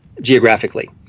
geographically